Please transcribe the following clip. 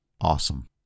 awesome